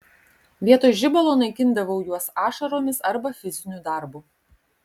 vietoj žibalo naikindavau juos ašaromis arba fiziniu darbu